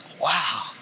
wow